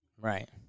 Right